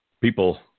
People